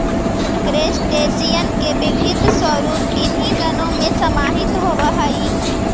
crustacean के विविध स्वरूप इन्हीं गणों में समाहित होवअ हई